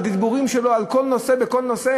וכך הדיבורים שלו בכל נושא?